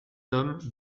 homme